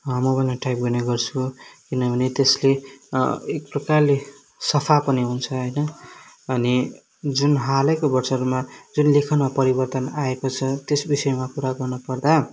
मोबाइलमा टाइप गर्ने गर्छु किनभने त्यसले एक प्रकारले सफा पनि हुन्छ होइन अनि जुन हालैको वर्षहरूमा जुन लेखनमा परिवर्तन आएको छ त्यस विषयमा कुरा गर्न पर्दा